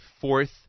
fourth